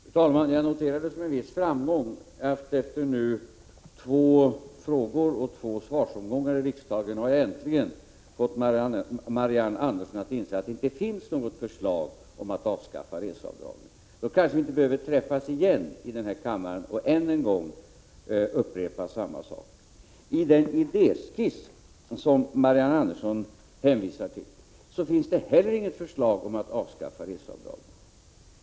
Fru talman! Jag noterar det som en viss framgång att jag nu efter två frågor och två svarsomgångar i riksdagen äntligen har fått Marianne Andersson att inse att det inte finns något förslag om att avskaffa reseavdragen. Då kanske vi inte behöver träffas och upprepa detta någon mer gång. I den idéskiss som Marianne Andersson hänvisar till finns det inte heller något förslag om att avskaffa reseavdragen.